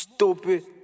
Stupid